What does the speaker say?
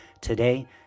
today